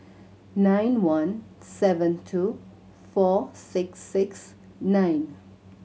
nine one seven two four six six nine